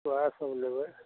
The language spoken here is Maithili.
ओएह सब लेबै